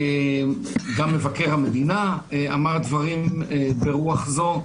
גם מבקר המדינה אמר דברים ברוח זאת,